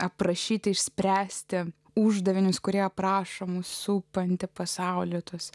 aprašyti išspręsti uždavinius kurie aprašo mus supantį pasaulį tuos